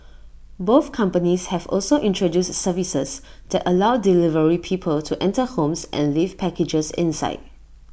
both companies have also introduced services that allow delivery people to enter homes and leave packages inside